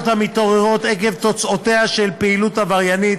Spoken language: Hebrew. המתעוררות עקב תוצאותיה של פעילות עבריינית,